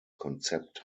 konzept